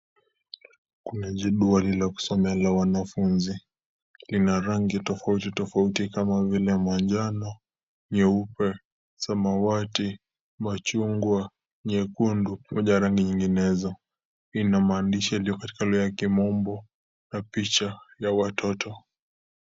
Kuna jedwali la kusomea la wanafunzi lina rangi tofauti tofauti kama vile manjano, nyeupe, samawati, machungwa, nyekundu pamoja na rangi nyinginezo. Ina maandishi yaliyo katika lugha ya kimombo na picha ya watoto.